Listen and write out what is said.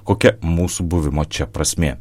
kokia mūsų buvimo čia prasmė